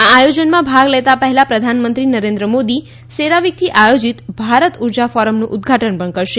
આ આયોજનમાં ભાગ લેતાં પહેલા પ્રધાનમંત્રી નરેન્દ્ર મોદી સેરાવીકથી આયોજિત ભારત ઉર્જા ફોરમનું ઉદઘાટન પણ કરશે